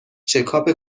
چکاپ